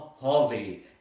Halsey